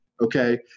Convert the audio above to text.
Okay